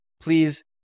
please